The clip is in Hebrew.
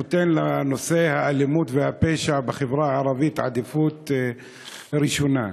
נותן לנושא האלימות והפשע בחברה הערבית עדיפות ראשונה.